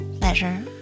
Pleasure